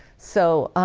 so